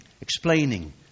explaining